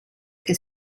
che